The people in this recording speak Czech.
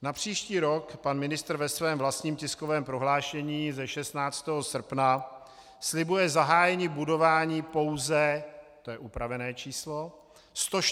Na příští rok pan ministr ve svém vlastním tiskovém prohlášení ze 16. srpna slibuje zahájení budování pouze to je upravené číslo 141 km dálnic.